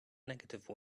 negative